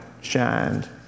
shined